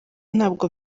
ntabwo